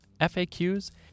FAQs